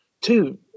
two